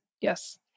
Yes